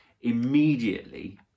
Immediately